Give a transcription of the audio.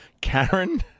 Karen